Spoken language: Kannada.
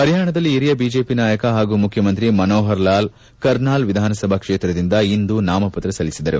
ಹರಿಯಾಣದಲ್ಲಿ ಹಿರಿಯ ಬಿಜೆಪಿ ನಾಯಕ ಹಾಗೂ ಮುಖ್ಯಮಂತ್ರಿ ಮನೋಹರ್ ಲಾಲ್ ಕರ್ನಾಲ್ ವಿಧಾನಸಭಾ ಕ್ಷೇತ್ರದಿಂದ ಇಂದು ನಾಮಪತ್ರ ಸಲ್ಲಿಸಿದರು